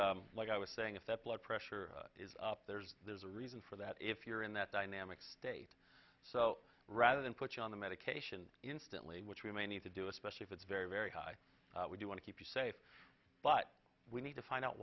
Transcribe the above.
t like i was saying if that blood pressure is up there's there's a reason for that if you're in that dynamic state so rather than put you on the medication instantly which we may need to do especially if it's very very high we do want to keep you safe but we need to find out